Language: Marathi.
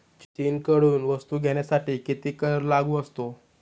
चीनकडून वस्तू घेण्यासाठी किती कर लागू असतो?